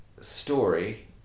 story